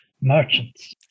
merchants